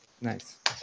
nice